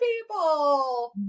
people